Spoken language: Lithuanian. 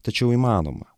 tačiau įmanoma